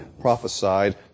prophesied